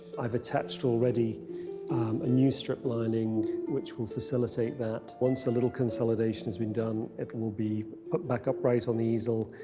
i've attached already a new strip lining which will facilitate that. once a little consolidation has been done it will be put back upright on the easel,